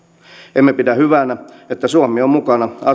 emme pidä hyvänä että suomi on mukana